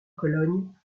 cologne